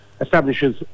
establishes